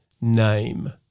name